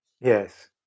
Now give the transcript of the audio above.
yes